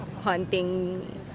hunting